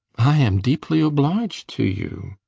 i am deeply obliged to you.